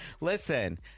Listen